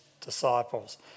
disciples